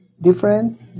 different